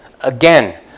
Again